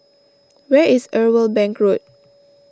where is Irwell Bank Road